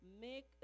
Make